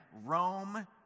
Rome